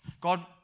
God